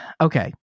Okay